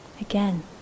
Again